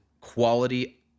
quality